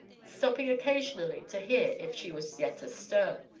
stopping occasionally to hear if she was yet astir.